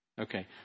Okay